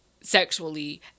sexually